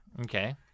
Okay